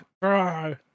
bro